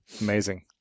Amazing